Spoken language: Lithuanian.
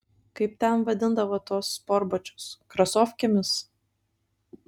kaip ten vadindavo tuos sportbačius krasofkėmis